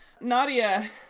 nadia